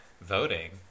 voting